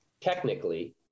technically